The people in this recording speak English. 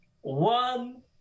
one